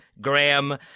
Graham